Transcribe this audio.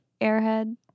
airhead